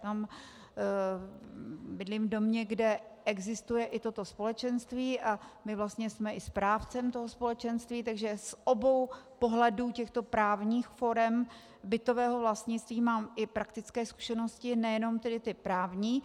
Bydlím v době, kde existuje i toto společenství a my vlastně jsme i správcem toho společenství, takže z obou pohledů těchto právních forem bytového vlastnictví mám i praktické zkušenosti, nejenom ty právní.